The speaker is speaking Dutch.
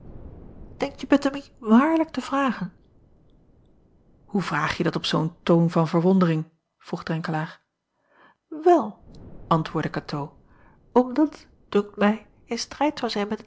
jagen enkje ettemie waarlijk te vragen oe vraagje dat op zoo n toon van verwondering vroeg renkelaer el antwoordde atoo omdat het dunkt mij in strijd zou zijn